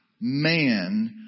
man